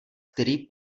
který